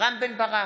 רם בן ברק,